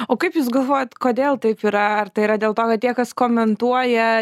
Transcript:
o kaip jūs galvojat kodėl taip yra ar tai yra dėl to kad tie kas komentuoja